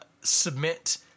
submit